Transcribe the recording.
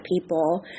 people